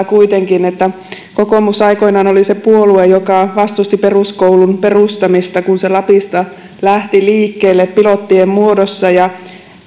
kuitenkin haastaa että kokoomus aikoinaan oli se puolue joka vastusti peruskoulun perustamista kun se lapista lähti liikkeelle pilottien muodossa ja